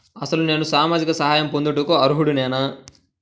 అసలు నేను సామాజిక సహాయం పొందుటకు అర్హుడనేన?